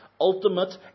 ultimate